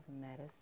Medicine